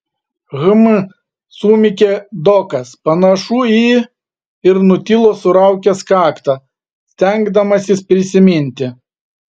hm sumykė dokas panašu į ir nutilo suraukęs kaktą stengdamasis prisiminti